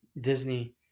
Disney